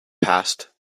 passed